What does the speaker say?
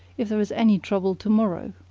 if there is any trouble to-morrow.